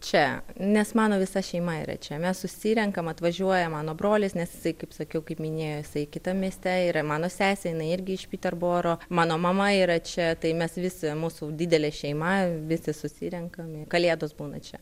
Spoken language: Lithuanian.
čia nes mano visa šeima yra čia mes susirenkam atvažiuoja mano brolis nes jisai kaip sakiau kaip minėjo jisai kitam mieste yra mano sesė jinai irgi iš piterboro mano mama yra čia tai mes visi mūsų didelė šeima visi susirenkam ir kalėdos būna čia